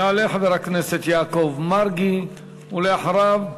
יעלה חבר הכנסת יעקב מרגי, ואחריו,